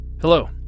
Hello